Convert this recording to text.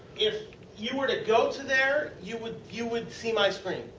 if you were to go to there you would you would see my screen.